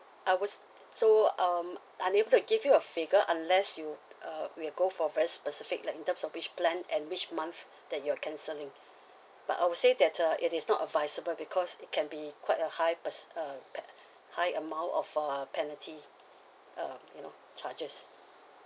I wo~ so um unable to give you a figure unless you uh we'll go for very specific like in terms of which plan and which month that you are cancelling but I would say that uh it is not advisable because it can be quite a high perc~ uh per~ high amount of uh penalty uh you know charges